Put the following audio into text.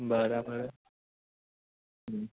બરાબર હમ